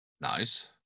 Nice